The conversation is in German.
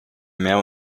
mehr